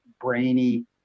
brainy